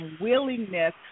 willingness